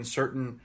certain